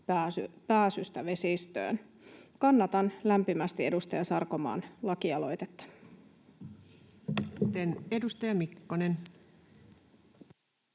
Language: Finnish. pääsyyn vesistöön. Kannatan lämpimästi edustaja Sarkomaan lakialoitetta. Edustaja Mikkonen.